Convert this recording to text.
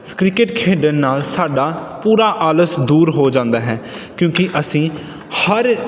cricket ਖੇਡਣ ਨਾਲ ਸਾਡਾ ਪੂਰਾ ਆਲਸ ਦੂਰ ਹੋ ਜਾਂਦਾ ਹੈ ਕਿਉਂਕਿ ਅਸੀਂ ਹਰ